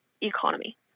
economy